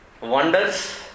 Wonders